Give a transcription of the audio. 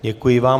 Děkuji vám.